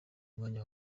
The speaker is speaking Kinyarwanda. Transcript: mwanya